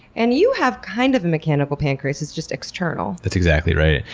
and you have kind of a mechanical pancreas, it's just external. that's exactly right.